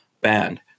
banned